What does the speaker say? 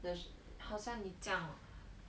will 好像你这样